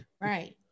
right